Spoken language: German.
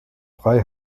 frei